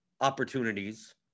opportunities